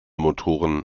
motoren